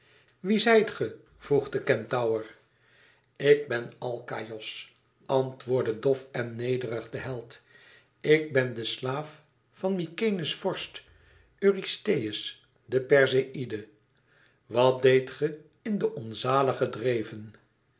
wie zijt ge vroeg de kentaur ik ben alkaïos antwoordde dof en nederig de held ik ben de slaaf van mykenæ's vorst eurystheus de perseïde wat deedt ge in de onzalige dreven